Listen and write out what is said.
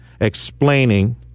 explaining